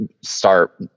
start